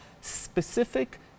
specific